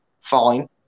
fine